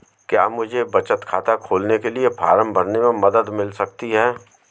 क्या मुझे बचत खाता खोलने के लिए फॉर्म भरने में मदद मिल सकती है?